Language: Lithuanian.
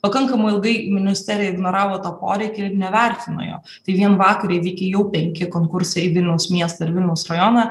pakankamai ilgai ministerija ignoravo tą poreikį ir nevertino jo tai vien vakar įvykę jau penki konkursai į vilniaus miestą ir vilniaus rajoną